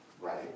right